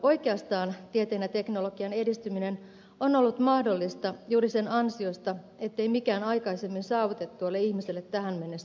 oikeastaan tieteen ja teknologian edistyminen on ollut mahdollista juuri sen ansiosta ettei mikään aikaisemmin saavutettu ole ihmiselle tähän mennessä riittänyt